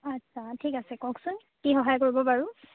আচ্ছা ঠিক আছে কওকচোন কি সহায় কৰিব পাৰোঁ